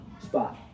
spot